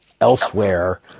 elsewhere